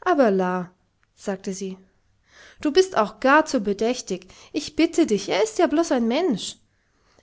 aber la sagte sie du bist auch gar zu bedächtig ich bitte dich er ist ja bloß ein mensch